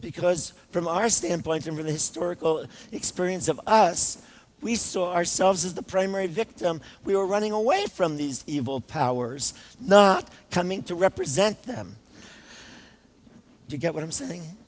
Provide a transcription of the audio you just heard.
because from our standpoint and really historical experience of us we saw ourselves as the primary victim we were running away from these evil powers not coming to represent them to get what i'm saying